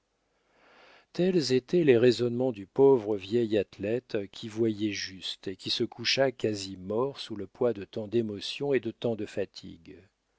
tels étaient les raisonnements du pauvre vieil athlète qui voyait juste et qui se coucha quasi mort sous le poids de tant d'émotions et de tant de fatigues